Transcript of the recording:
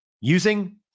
using